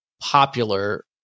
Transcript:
popular